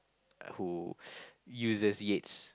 uh who uses Yates